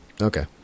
Okay